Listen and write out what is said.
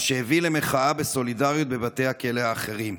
מה שהביא למחאה בסולידריות בבתי הכלא האחרים.